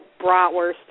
bratwurst